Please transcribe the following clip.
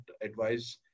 advice